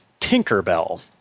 Tinkerbell